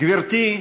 גברתי,